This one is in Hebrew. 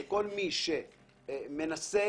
כל חומר ממקור צמחי שמיועד לעישון שאינו טבק.